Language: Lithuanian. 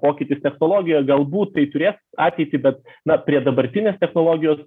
pokytis technologijoj galbūt tai turės ateitį bet na prie dabartinės technologijos